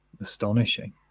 astonishing